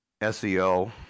SEO